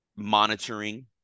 Monitoring